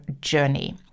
journey